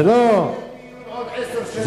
זה לא, יהיה דיון עוד עשר שנים.